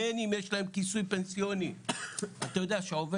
בין אם יש להם כיסוי פנסיוני - אתה יודע שעובד